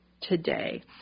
today